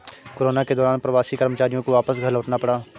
corona के दौरान प्रवासी कर्मचारियों को वापस घर लौटना पड़ा